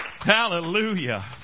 Hallelujah